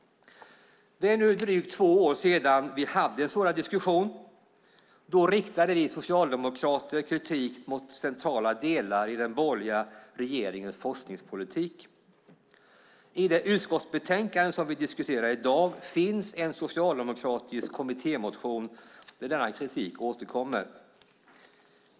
Det är nu drygt två år sedan vi hade en sådan diskussion. Då riktade vi socialdemokrater kritik mot centrala delar i den borgerliga regeringens forskningspolitik. I det utskottsbetänkande som vi diskuterar i dag finns en socialdemokratisk kommittémotion där denna kritik återkommer.